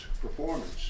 performance